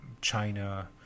China